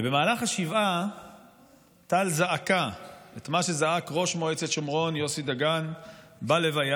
ובמהלך השבעה טל זעקה את מה שזעק ראש מועצת שומרון יוסי דגן בלוויה,